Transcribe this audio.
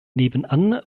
nebenan